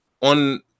on